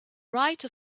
write